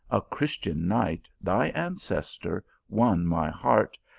a christian knight, thy ancestor, won my heart,